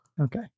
Okay